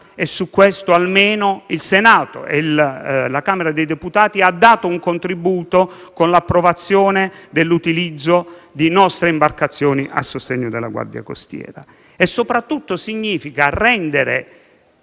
e su questo almeno il Senato e la Camera dei Deputati hanno dato un contributo con l'approvazione dell'utilizzo di nostre imbarcazioni a sostegno della Guardia costiera. Soprattutto significa rendere